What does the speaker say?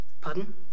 Pardon